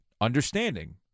understanding